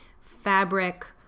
fabric